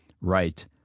right